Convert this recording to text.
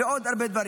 ועוד הרבה דברים.